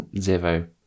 zero